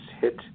hit